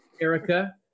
Erica